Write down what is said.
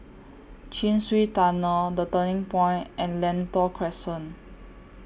Chin Swee Tunnel The Turning Point and Lentor Crescent